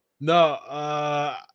No